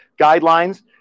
guidelines